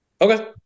Okay